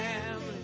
family